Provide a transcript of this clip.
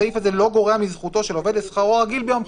הסעיף הזה לא גורע מזכותו של העובד לשכרו הרגיל ביום בחירות.